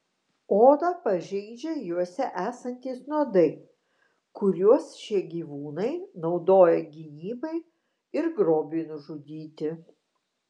odą pažeidžia juose esantys nuodai kuriuos šie gyvūnai naudoja gynybai ir grobiui nužudyti